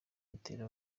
bitera